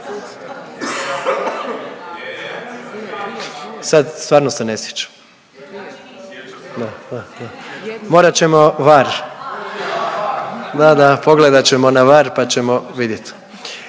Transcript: Sad stvarno se ne sjećam. Morat ćemo var. Da, da, pogledat ćemo na var pa ćemo vidjet.